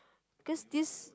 cause this